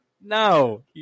No